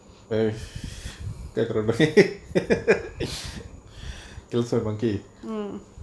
eh கேக்குறனே:kaekuranae kills a monkey